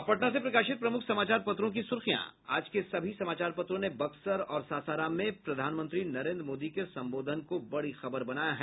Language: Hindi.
अब पटना से प्रकाशित प्रमुख समाचार पत्रों की सुर्खियां आज के सभी समाचार पत्रों ने बक्सर और सासाराम में प्रधानमंत्री नरेद्र मोदी के संबोधन को बड़ी खबर बनाया है